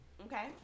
Okay